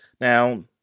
now